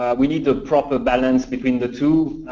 we need the proper balance between the two.